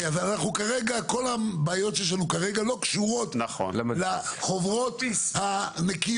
אז כל הבעיות שיש לנו כרגע לא קשורות לחוברות הנקיות,